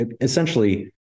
essentially